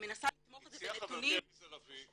מנסה לתמוך את זה בנתונים --- הציעה חברתי עליזה לביא,